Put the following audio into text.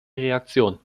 reaktion